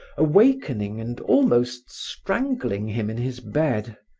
awakening and almost strangling him in his bed.